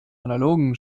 analogen